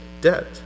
debt